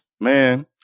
Man